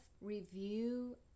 review